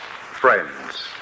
Friends